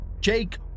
Jake